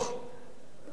אלא על עצמנו,